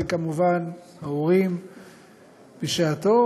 וכמובן של ההורים בשעתו.